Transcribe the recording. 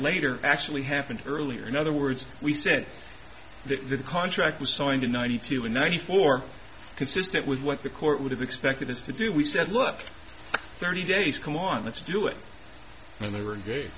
later actually happened earlier in other words we said that the contract was signed in ninety two and ninety four consistent with what the court would have expected us to do we said look thirty days come on let's do it and there were